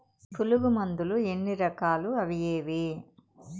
పులుగు మందులు ఎన్ని రకాలు అవి ఏవి?